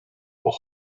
will